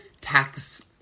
tax